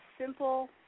simple